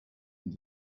and